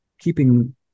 keeping